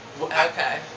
Okay